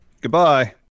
Goodbye